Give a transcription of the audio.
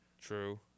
True